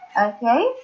Okay